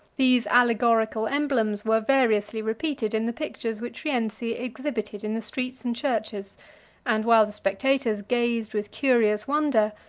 these allegorical emblems were variously repeated in the pictures which rienzi exhibited in the streets and churches and while the spectators gazed with curious wonder,